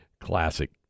classic